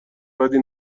بدی